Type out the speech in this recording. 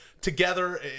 together